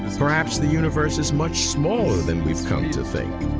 perhaps the universe is much smaller than we've come to think.